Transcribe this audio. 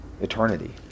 eternity